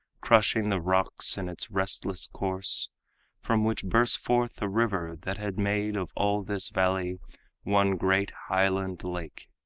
crushing the rocks in its resistless course from which bursts forth a river that had made of all this valley one great highland lake,